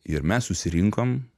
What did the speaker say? ir mes susirinkom